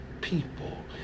people